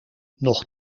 nog